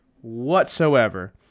whatsoever